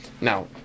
Now